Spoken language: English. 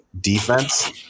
defense